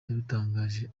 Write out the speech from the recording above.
yabitangaje